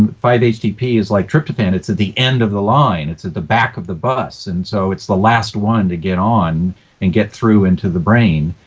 and five htp is like tryptophan. it's at the end of the line. it's at the back of the bus, and so it's the last one to get on and get through into the brain,